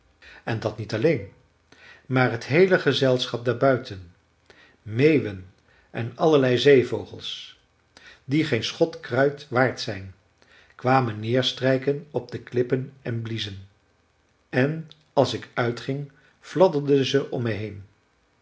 en dat niet alleen maar t heele gezelschap daar buiten meeuwen en allerlei zeevogels die geen schot kruit waard zijn kwamen neerstrijken op de klippen en bliezen en als ik uitging fladderden ze om me heen